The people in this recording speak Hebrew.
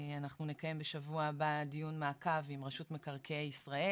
אנחנו נקיים בשבוע הבא דיון מעקב עם רשות מקרקעי ישראל,